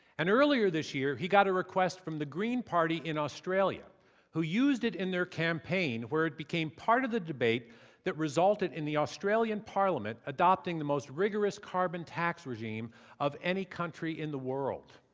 and earlier this year, he got a request from the green party in australia who used it in their campaign where it became part of the debate that resulted in the australian parliament adopting the most rigorous carbon tax regime of any country in the world.